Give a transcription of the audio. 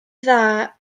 dda